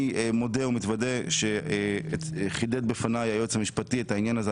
אני מודה ומתוודה שהיועץ המשפטי חידד בפני את העניין הזה.